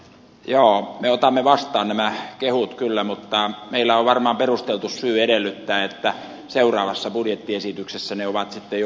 joo me otamme vastaan nämä kehut kyllä mutta meillä on varmaan perusteltu syy edellyttää että seuraavassa budjettiesityksessä ne ovat sitten jo valmiina siellä